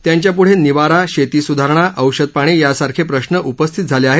त्यांच्यापुढे निवारा शेती सुधारणा औषधपाणी यासारखे प्रश्न उपस्थित झाले आहेत